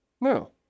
No